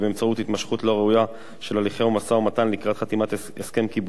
התמשכות לא ראויה של הליכי המשא-ומתן לקראת חתימת הסכם קיבוצי,